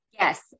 Yes